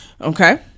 Okay